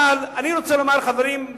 אבל אני רוצה לומר שבהגינותו,